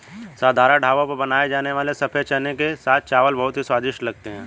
साधारण ढाबों पर बनाए जाने वाले सफेद चने के साथ चावल बहुत ही स्वादिष्ट लगते हैं